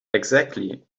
exactly